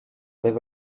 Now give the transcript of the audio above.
live